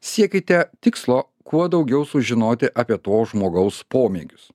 siekite tikslo kuo daugiau sužinoti apie to žmogaus pomėgius